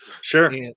sure